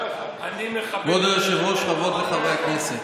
כבוד היושב-ראש, חברות וחברי הכנסת,